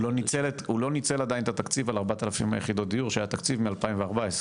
הוא לא ניצל עדיין את התקציב על 4,000 יחידות דיור של התקציב מ-2014.